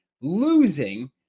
Losing